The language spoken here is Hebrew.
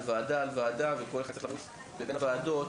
וועדה על וועדה וכל אחד צריך לרוץ בין הוועדות,